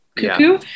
cuckoo